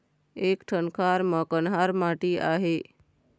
एक ठन खार म कन्हार माटी आहे?